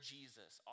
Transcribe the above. Jesus